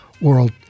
World